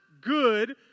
good